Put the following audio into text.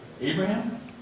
Abraham